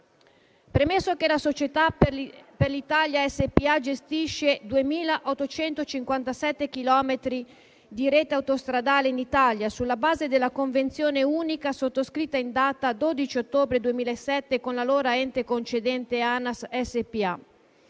«Premesso che la società Autostrade per l'Italia SpA gestisce 2.857 chilometri di rete autostradale in Italia sulla base della Convenzione unica sottoscritta in data 12 ottobre 2007 con l'allora ente concedente ANAS SpA;